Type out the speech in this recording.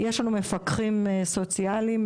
יש לנו מפקחים סוציאליים,